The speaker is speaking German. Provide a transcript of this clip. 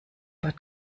bad